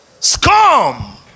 scum